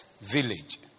village